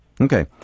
Okay